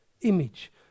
image